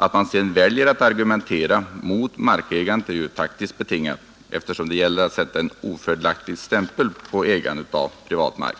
Att man sedan väljer att argumentera mot markägandet är ju taktiskt betingat, eftersom det ju gäller att sätta en ofördelaktig stämpel på privat ägande av mark.